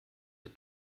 der